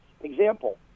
example